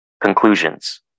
Conclusions